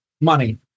money